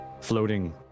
floating